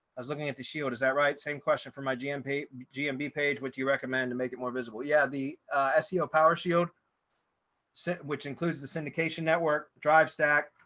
i was looking at the shield is that right? same question for my gmp gmp page which you recommend to make it more visible yeah, the ah seo power shield set which includes the syndication network, drive stack,